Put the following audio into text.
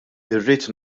irrid